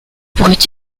pourrait